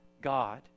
God